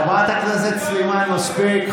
חברת הכנסת סלימאן, מספיק.